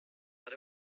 out